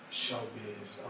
showbiz